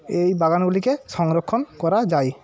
এই বাগানগুলিকে সংরক্ষণ করা যায়